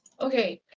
Okay